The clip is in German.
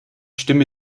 stimme